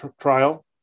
trial